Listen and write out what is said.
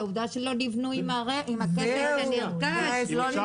זה העובדה שלא נבנו דירות עם הכסף שנתקבל מן הדירות שנמכרו.